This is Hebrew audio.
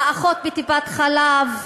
האחות בטיפת-חלב,